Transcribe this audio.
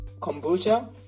kombucha